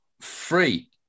free